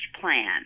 plan